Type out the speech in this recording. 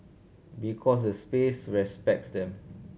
because the space respects them